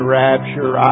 rapture